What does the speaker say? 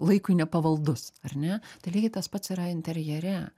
laikui nepavaldus ar ne tai lygiai tas pats yra interjere